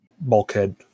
bulkhead